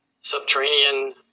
Subterranean